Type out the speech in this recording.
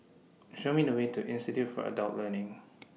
Show Me The Way to Institute For Adult Learning